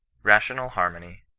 rational harmony,